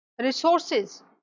resources